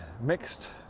mixed